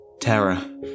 Terror